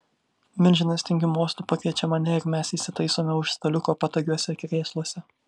milžinas tingiu mostu pakviečia mane ir mes įsitaisome už staliuko patogiuose krėsluose